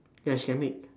ya she can make